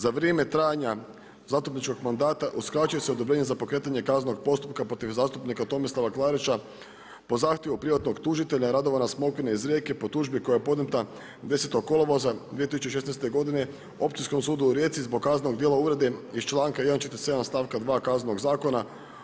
Za vrijeme trajanja zastupničkog mandata uskraćuje se odobrenje za pokretanje kaznenog postupka protiv zastupnika Tomislava Klarića, po zahtjevu privatnog tužitelja Radovana Smokvina iz Rijeke po tužbi koja je podnijeta 10.8.2016. godine Općinskom sudu u Rijeci zbog kaznenog dijela uvrede iz čl.147 stavka 2 Kaznenog zakona.